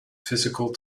physical